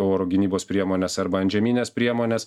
oro gynybos priemones arba antžemines priemones